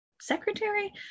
secretary